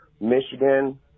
Michigan